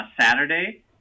Saturday